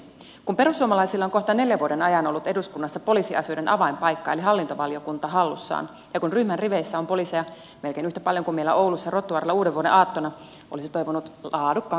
kun perussuomalaisilla on kohta neljän vuoden ajan ollut eduskunnassa poliisiasioiden avainpaikka eli hallintovaliokunta hallussaan ja kun ryhmän riveissä on poliiseja melkein yhtä paljon kuin meillä oulussa rotuaarilla uudenvuodenaattona olisi toivonut laadukkaampaa vaihtoehtoa